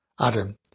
Adam